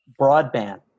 broadband